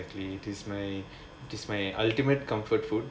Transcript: exactly this is my this's my ultimate comfort food